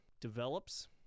develops